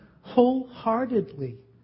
wholeheartedly